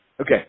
Okay